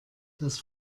das